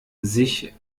sich